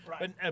Right